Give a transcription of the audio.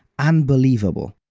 unbelievable.